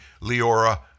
Leora